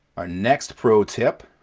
our next pro tip,